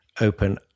open